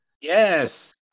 Yes